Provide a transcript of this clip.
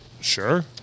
Sure